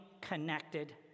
connected